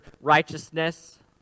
righteousness